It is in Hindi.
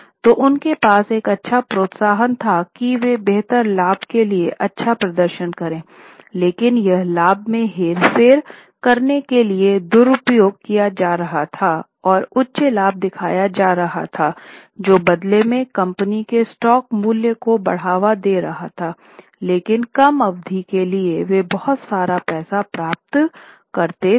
तो उनके पास एक अच्छा प्रोत्साहन था कि वे बेहतर लाभ के लिए अच्छा प्रदर्शन करें लेकिन यह लाभ में हेरफेर करने के लिए दुरुपयोग किया जा रहा था और उच्च लाभ दिखाया जा रहा था जो बदले में कंपनी के स्टॉक मूल्य को बढ़ावा दे रहा था लेकिन कम अवधि के लिए वे बहुत सारा पैसा प्राप्त करते थे